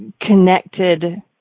connected